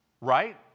right